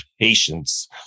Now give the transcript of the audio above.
patience